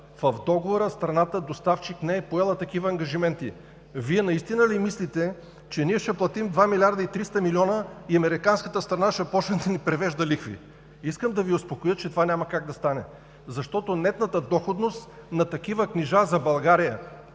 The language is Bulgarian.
В Договора страната доставчик не е поела такива ангажименти. Вие наистина ли мислите, че ние ще платим 2 млрд. 300 млн. лв. и американската страна ще започне да ни привежда лихви? Искам да Ви успокоя, че това няма как да стане, защото нетната доходност на такива книжа за България